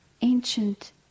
ancient